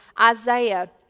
Isaiah